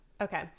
okay